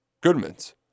Goodman's